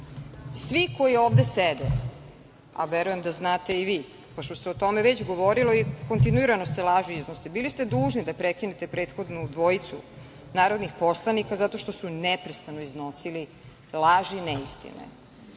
koji ovde sede, a verujem da znate i vi, pošto se o tome već govorilo i kontinuirano se laži iznose, bili ste dužni da prekinete prethodnu dvojicu narodnih poslanika zato što su neprestano iznosili laži i